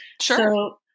Sure